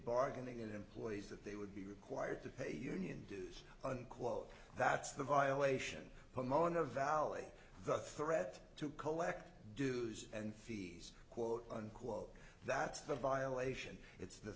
bargaining and employees that they would be required to pay union dues unquote that's the violation pomona valley the threat to collect dues and fees quote unquote that's the violation it's the